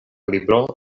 libro